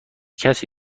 کسی